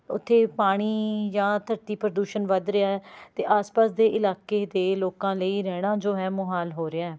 ਉੱਥੇ ਪਾਣੀ ਜਾਂ ਧਰਤੀ ਪ੍ਰਦੂਸ਼ਣ ਵੱਧ ਰਿਹਾ ਹੈ ਅਤੇ ਆਸ ਪਾਸ ਦੇ ਇਲਾਕੇ ਦੇ ਲੋਕਾਂ ਲਈ ਰਹਿਣਾ ਜੋ ਹੈ ਮੁਹਾਲ ਹੋ ਰਿਹਾ ਹੈ